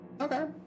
Okay